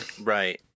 Right